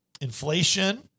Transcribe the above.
Inflation